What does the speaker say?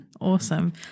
Awesome